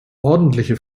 ordentliche